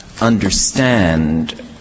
understand